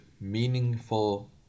meaningful